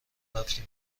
رفتم